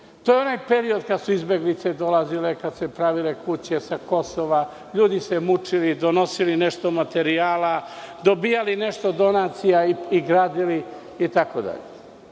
To je onaj period kada su izbeglice sa Kosova dolazile i kada su se pravile kuće, ljudi se mučili donosili nešto materijala, dobijali nešto donacija i gradili itd.